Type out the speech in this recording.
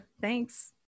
Thanks